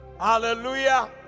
hallelujah